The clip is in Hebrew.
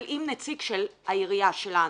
אבל עם נציג של העירייה שלנו.